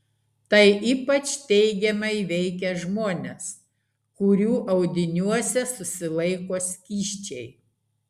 tai ypač teigiamai veikia žmones kurių audiniuose susilaiko skysčiai